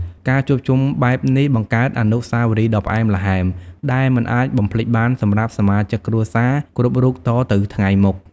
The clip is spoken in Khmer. ការជួបជុំបែបនេះបង្កើតអនុស្សាវរីយ៍ដ៏ផ្អែមល្ហែមដែលមិនអាចបំភ្លេចបានសម្រាប់សមាជិកគ្រួសារគ្រប់រូបតទៅថ្ងៃមុខ។